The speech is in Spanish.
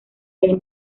del